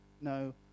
no